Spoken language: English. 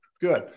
Good